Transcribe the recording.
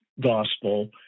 gospel